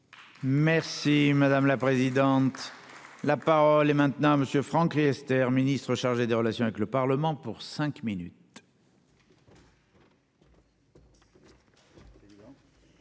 Merci madame la présidente. La parole est maintenant monsieur Franck Riester Ministre chargé des relations avec le Parlement pour cinq minutes.